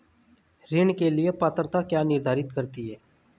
ऋण के लिए पात्रता क्या निर्धारित करती है?